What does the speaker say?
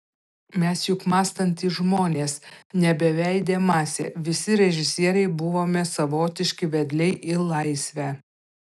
mes juk mąstantys žmonės ne beveidė masė visi režisieriai buvome savotiški vedliai į laisvę